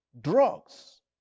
drugs